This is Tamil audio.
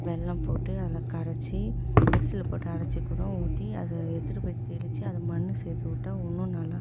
வெல்லம் போட்டு அதில் கரைத்து மிக்சியில் போட்டு அரைத்து கூட ஊற்றி அதை எடுத்துட்டு போய் தெளித்து அந்த மண்ணு சேர்த்து விட்டா இன்னும் நல்லா